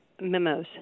Memos